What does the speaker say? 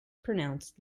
pronounced